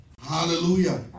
Hallelujah